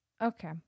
Okay